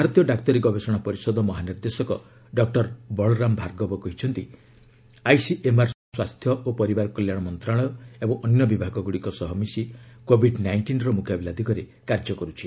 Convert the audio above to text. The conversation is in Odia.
ଭାରତୀୟ ଡାକ୍ତରୀ ଗବେଷଣା ପରିଷଦ ମହାନିର୍ଦ୍ଦେଶକ ଡକ୍କର ବଳରାମ ଭାର୍ଗବ କହିଛନ୍ତି ଆଇସିଏମ୍ଆର୍ ସ୍ୱାସ୍ଥ୍ୟ ଓ ପରିବାର କଲ୍ୟାଣ ମନ୍ତ୍ରଶାଳୟ ଏବଂ ଅନ୍ୟ ବିଭାଗ ଗୁଡ଼ିକ ସହ ମିଶି କୋଭିଡ ନାଇଷ୍ଟିନ୍ର ମୁକାବିଲା ଦିଗରେ କାର୍ଯ୍ୟ କରୁଛି